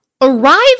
arrive